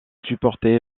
supporté